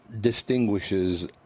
distinguishes